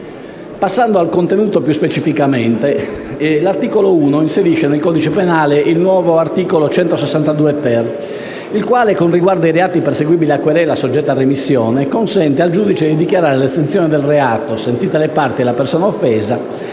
Passando specificamente al contenuto, l'articolo 1 inserisce nel codice penale il nuovo articolo 162-*ter*, il quale, con riguardo ai reati perseguibili a querela soggetta a remissione, consente al giudice di dichiarare l'estinzione del reato, sentite le parti e la persona offesa,